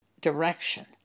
direction